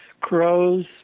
crows